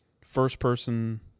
first-person